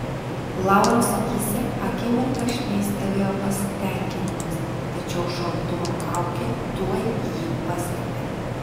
lauros akyse akimirką šmėstelėjo pasitenkinimas tačiau šaltumo kaukė tuoj jį paslėpė